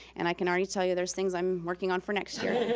and i can already tell you there's things i'm working on for next year.